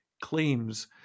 claims